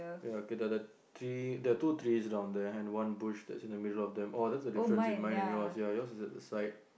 ya okay the the tree the two trees down there and one bush in the middle of them oh that's the difference in mine and yours ya yours is at the side